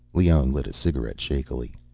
leone lit a cigarette shakily.